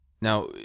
Now